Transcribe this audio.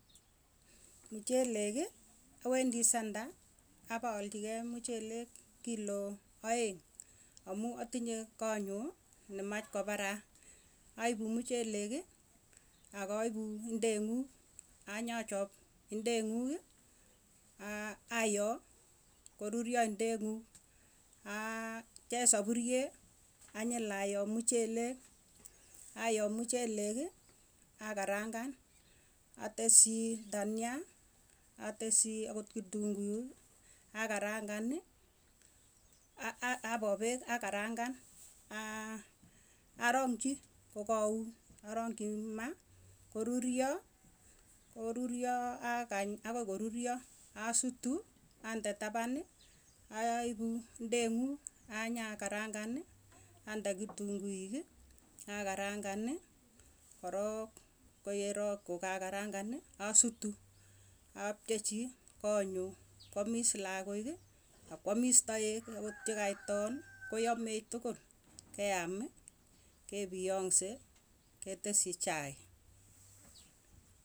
Mucheleki awendi centre, apoalchi kei muchelek kilo aeng amuu atinye konyuu nemaach koparaa, aipu mucheleki akaipu ngeng'u achanyachop indeng'uki. Ayoo koruryo indeng'uuk aa chee sapurie, anyil ayoo muchelek ayoo mucheleki, akarangan ateschi dania ateschi akot kitunguu akarangan. apoo peek akarangan arongchi kokaun arongchi maa, koruryo. Koruryo akany akoi koruryo asutu, ande tapani ayaipu ndeng'u anya karangani ande kitunguiki, akarangani korok koyerok, kokakarangan aasutu abchechi konyuu koamis lakok ak koamis taek. Akot yekait toan koyemech tugul keaam kepiyangse keteshi chaik.